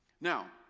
Now